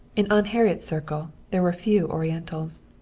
in aunt harriet's circle there were few orientals.